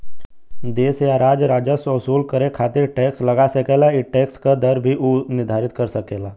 देश या राज्य राजस्व वसूल करे खातिर टैक्स लगा सकेला ई टैक्स क दर भी उ निर्धारित कर सकेला